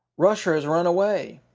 rusher has run away!